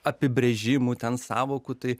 apibrėžimų ten sąvokų tai